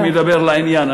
אני מדבר לעניין,